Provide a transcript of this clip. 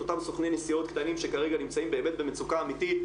את אותם סוכני עסקים קטנים שכרגע נמצאים באמת במצוקה אמתית,